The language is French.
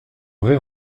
vrai